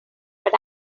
but